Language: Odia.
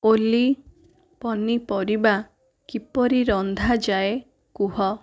ଓଲି ପନିପରିବା କିପରି ରନ୍ଧାଯାଏ କୁହ